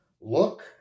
look